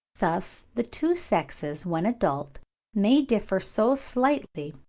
thus the two sexes when adult may differ so slightly,